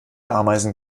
ameisen